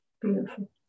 Beautiful